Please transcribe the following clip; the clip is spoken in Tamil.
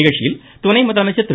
நிகழ்ச்சியில் துணை முதலமைச்சர் திரு